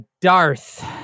Darth